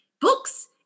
books